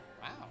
Wow